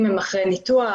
אם אחרי ניתוח,